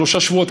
שלושה שבועות,